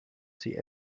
sie